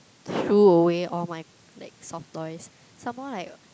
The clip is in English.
threw away all my like soft toys some more like